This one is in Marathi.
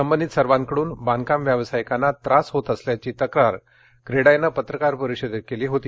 संबंधित सर्वांकडून बांधकाम व्यावसायिकांना त्रास होत असल्याची तक्रार क्रेडाई नं पत्रकार परिषदेत केली होती